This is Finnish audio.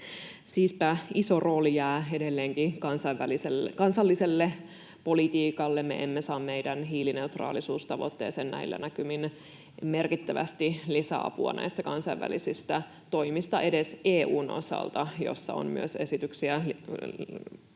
Siispä iso rooli jää edelleenkin kansalliselle politiikalle. Me emme saa meidän hiilineutraalisuustavoitteeseen näillä näkymin merkittävästi lisäapua näistä kansainvälisistä toimista edes EU:n osalta, jossa on esityksiä myös